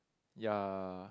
ya